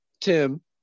Tim